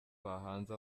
bahanze